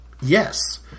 Yes